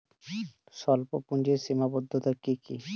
স্বল্পপুঁজির সীমাবদ্ধতা কী কী?